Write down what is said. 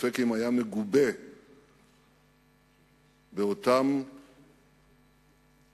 ספק אם היה מגובה באותן תמיכות